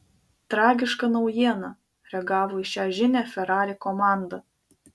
tragiška naujiena reagavo į šią žinią ferrari komanda